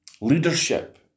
Leadership